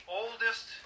oldest